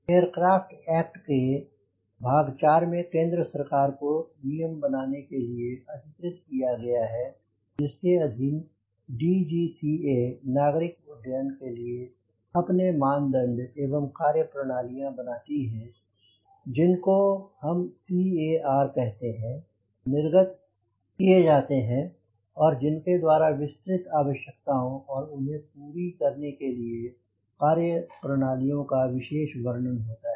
aircraft act के भाग 4 में केंद्र सरकार को नियम बनाने के लिए अधिकृत किया गया है जिसके अधीन DGCA नागरिक उड्डयन के लिए अपने मापदंड एवं कार्य प्रणालियाँ बनाती है जिनको हम CAR कहते हैं निर्गत किए जाते हैं जिनके द्वारा विस्तृत आवश्यकताओं और उन्हें पूरी करने के लिए कार्य प्रणालियों का विशेष वर्णन होता है होता है